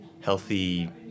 healthy